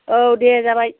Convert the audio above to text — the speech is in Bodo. औ दे जाबाय